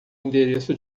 endereço